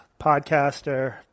podcaster